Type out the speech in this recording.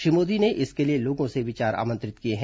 श्री मोदी ने इसके लिए लोगों से विचार आमंत्रित किए हैं